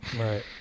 right